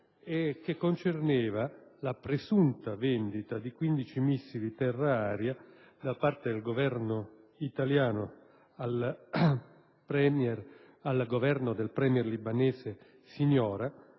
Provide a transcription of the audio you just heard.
che concerneva la presunta vendita di quindici missili terra-aria da parte del Governo italiano al Governo del *premier* libanese Siniora,